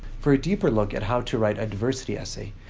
for a deeper look at how to write a diversity essay,